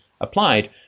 applied